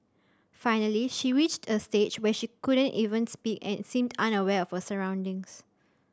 finally she reached a stage when she could not even speak and seemed unaware for surroundings